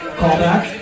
callback